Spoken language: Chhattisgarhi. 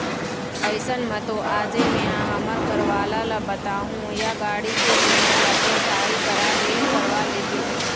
अइसन म तो आजे मेंहा हमर घरवाला ल बताहूँ या गाड़ी के बीमा ल तोर भाई करा ले ही करवा लेतिस